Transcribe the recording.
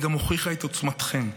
היא הוכיחה את עוצמתכם.